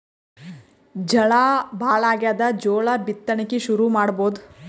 ಝಳಾ ಭಾಳಾಗ್ಯಾದ, ಜೋಳ ಬಿತ್ತಣಿಕಿ ಶುರು ಮಾಡಬೋದ?